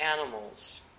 animals